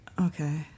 Okay